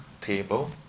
table